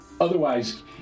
Otherwise